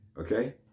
Okay